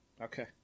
Okay